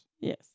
Yes